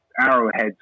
arrowheads